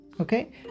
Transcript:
Okay